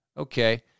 Okay